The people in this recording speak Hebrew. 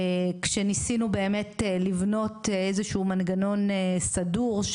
שניסינו באמת לבנות איזשהו מנגנון סדור,